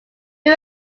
who